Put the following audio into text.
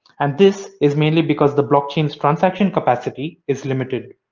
and this is mainly because the blockchains transaction capacity is limited.